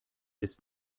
ist